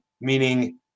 meaning